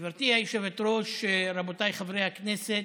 גברתי היושבת-ראש, רבותיי חברי הכנסת,